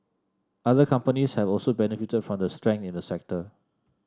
other companies have also benefited from the strength in the sector